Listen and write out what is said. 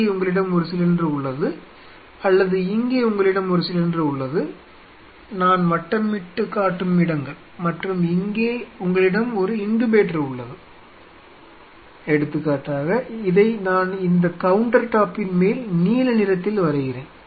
இங்கே உங்களிடம் ஒரு சிலிண்டர் உள்ளது அல்லது இங்கே உங்களிடம் ஒரு சிலிண்டர் உள்ளது நான் வட்டமிட்டுக் காட்டும் இடங்கள் மற்றும் இங்கே உங்களிடம் ஒரு இன்குபேட்டர் உள்ளது எடுத்துக்காட்டாக இதை நான் இந்த கவுன்ட்டர்டாப்பின் மேல் நீல நிறத்தில் வரைகிறேன்